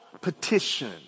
petition